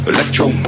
Electro